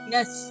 Yes